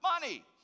Money